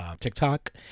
tiktok